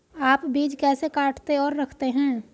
आप बीज कैसे काटते और रखते हैं?